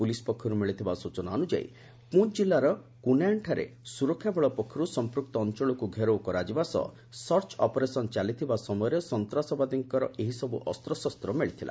police ପକ୍ଷରୁ ମିଳିଥିବା ସୂଚନା ଅନୁଯାୟୀ ପୁଞ୍ଚ ଜିଲ୍ଲାର କୁନାୟାଁନ୍ଠାରେ ସୁରକ୍ଷା ବଳ ପକ୍ଷରୁ ସମ୍ପୃକ୍ତ ଅଞ୍ଚଳକୁ ଘେରଉ କରାଯିବା ସହ ସର୍ଚ୍ଚ ଅପରେସନ ଚାଲିଥିବା ସମୟରେ ସନ୍ତାସବାଦୀଙ୍କର ଏହିସବୁ ଅସ୍ତ୍ରଶସ୍ତ ମିଳିଥିଲା